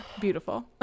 Beautiful